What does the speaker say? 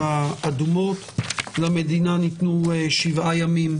ודברים שלא נספיק למצות בדיון הזה,